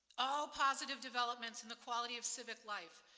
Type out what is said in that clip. all positive developments in the quality of civic life,